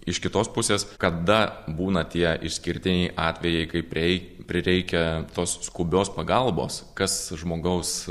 iš kitos pusės kada būna tie išskirtiniai atvejai kai priei prireikia tos skubios pagalbos kas žmogaus